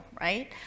right